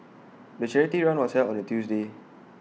the charity run was held on A Tuesday